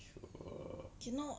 cannot